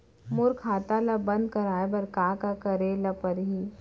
मोर खाता ल बन्द कराये बर का का करे ल पड़ही?